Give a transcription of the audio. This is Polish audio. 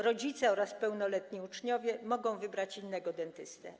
Rodzice oraz pełnoletni uczniowie mogą wybrać innego dentystę.